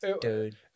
dude